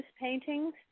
paintings